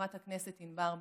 חברת הכנסת ענבר בזק,